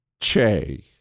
Che